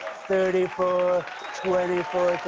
thirty four twenty four